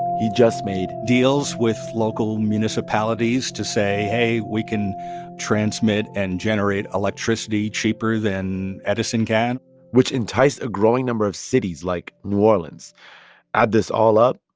he just made. deals with local municipalities to say, hey, we can transmit and generate electricity cheaper than edison can which enticed a growing number of cities like new orleans add this all up,